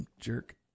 jerk